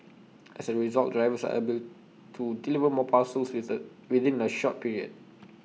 as A result drivers are able to deliver more parcels with A within A shorter period